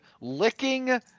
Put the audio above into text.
licking